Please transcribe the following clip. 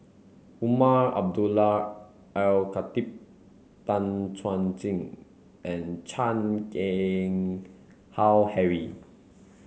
Umar Abdullah Al Khatib Tan Chuan Jin and Chan Keng Howe Harry